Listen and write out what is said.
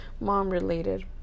mom-related